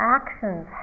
actions